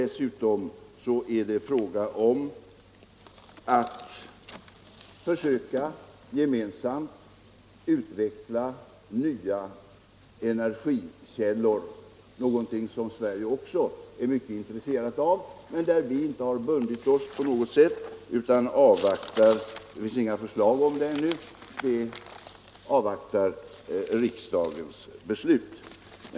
Slutligen är det också fråga om att försöka gemensamt utveckla nya energikällor, någonting som vi här i Sverige också är mycket intresserade av, men där vi ännu inte har bundit oss på något sätt utan håller oss avvaktande. Det finns inga förslag ännu, utan vi avvaktar riksdagens beslut.